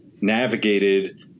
navigated